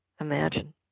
imagine